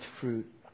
fruit